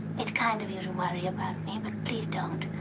it's kind of you to worry about me, but please don't.